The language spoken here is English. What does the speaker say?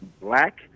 black